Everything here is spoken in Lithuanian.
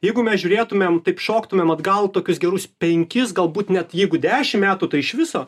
jeigu mes žiūrėtumėm taip šoktumėm atgal tokius gerus penkis galbūt net jeigu dešimt metų tai iš viso